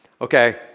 Okay